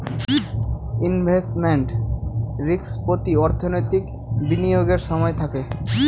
investment risk প্রতি অর্থনৈতিক বিনিয়োগের সময় থাকে